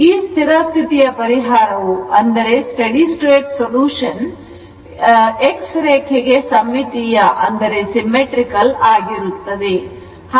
ಈ ಸ್ಥಿರ ಸ್ಥಿತಿಯ ಪರಿಹಾರವು X ರೇಖೆಗೆ ಸಮ್ಮಿತೀಯವಾಗಿರುತ್ತದೆ